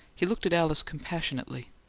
he looked at alice compassionately.